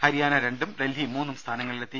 ഹരിയാന രണ്ടും ഡൽഹി മൂന്നും സ്ഥാന ങ്ങളിലെത്തി